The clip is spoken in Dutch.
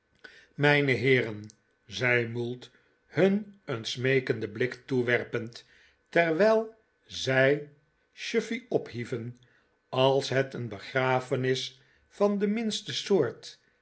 mijne heeren zei mould hun een smeekenden blik toewerpend terwijl zij chuffey ophieven als het een begrafenis van de miriste soort